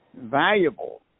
valuable